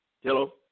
Hello